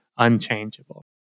unchangeable